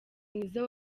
mwiza